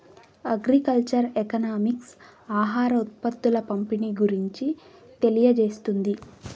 agriculture economics ఆహార ఉత్పత్తుల పంపిణీ గురించి తెలియజేస్తుంది